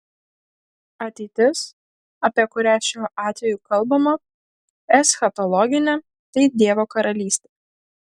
ateitis apie kurią šiuo atveju kalbama eschatologinė tai dievo karalystė